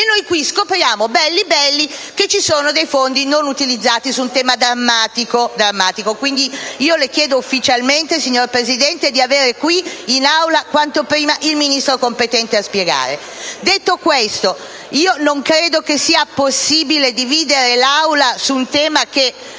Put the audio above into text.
e qui scopriamo, belli belli, che ci sono dei fondi non utilizzati per far fronte ad un tema drammatico! Quindi, chiedo ufficialmente, signor Presidente, di avere qui in Aula quanto prima il Ministro competente per spiegare. Detto questo, non credo sia possibile dividere l'Aula su un tema